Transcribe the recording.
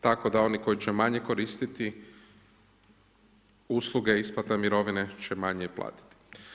Tako da oni koji će manje koristiti usluge isplata mirovine će manje i platiti.